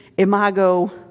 Imago